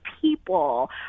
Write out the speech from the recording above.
people